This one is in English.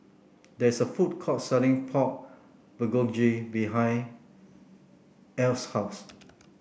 there's a food court selling Pork Bulgogi behind Eryn's house